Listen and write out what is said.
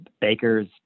baker's